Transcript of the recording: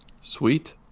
Sweet